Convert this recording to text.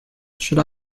should